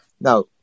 Now